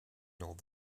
old